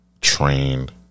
Trained